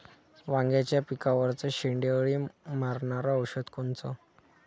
वांग्याच्या पिकावरचं शेंडे अळी मारनारं औषध कोनचं?